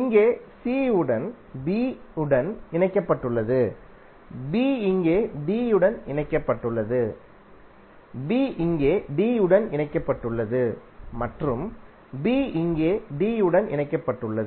இங்கே c உடன் b உடன் இணைக்கப்பட்டுள்ளது b இங்கே d உடன் இணைக்கப்பட்டுள்ளது b இங்கே d உடன் இணைக்கப்பட்டுள்ளது மற்றும் b இங்கே d உடன் இணைக்கப்பட்டுள்ளது